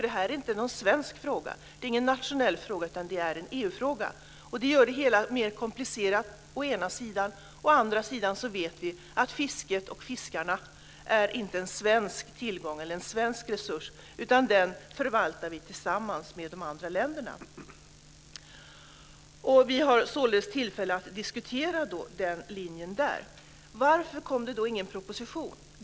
Det här är inte någon svensk fråga. Det är ingen nationell fråga, utan det är en EU-fråga. Det gör det hela mer komplicerat å ena sidan. Å andra sidan vet vi att fisket och fiskarna inte är en svensk tillgång eller en svensk resurs utan den förvaltar vi tillsammans med de andra länderna. Vi har således tillfälle att diskutera den linjen där. Varför kom det då ingen proposition?